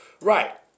Right